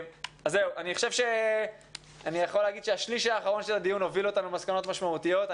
אני יכול להגיד שהשליש האחרון של הדיון הוביל אותנו למסקנות משמעותיות.